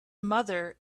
mother